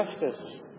justice